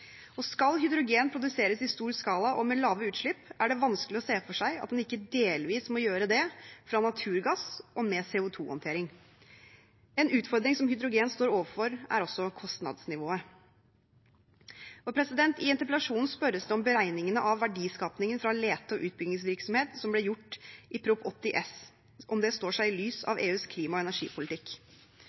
Skal hydrogen produseres i stor skala og med lave utslipp, er det vanskelig å se for seg at en ikke delvis må gjøre det fra naturgass og med CO 2 -håndtering. En utfordring som hydrogen står overfor, er også kostnadsnivået. I interpellasjonen spørres det om beregningene av verdiskapingen fra lete- og utbyggingsvirksomheten som ble gjort i Prop. 80 S for 2017–2018, står seg i lys av EUs klima- og energipolitikk.